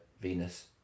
Venus